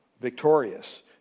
victorious